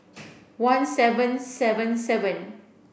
one seven seven seven